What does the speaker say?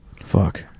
Fuck